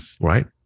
Right